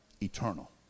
eternal